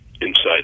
Inside